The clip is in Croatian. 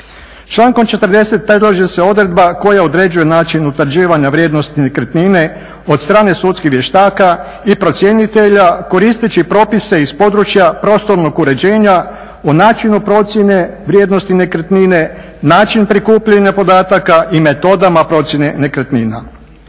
Člankom 40. predlaže se odredba koja određuje način utvrđivanja vrijednosti nekretnine od strane sudskih vještaka i procjenitelja, koristeći propise iz područja prostornog uređenja u načinu procjene vrijednosti nekretnine, način prikupljanja podataka i metodama procjene nekretnina.